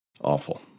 awful